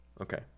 okay